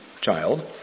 child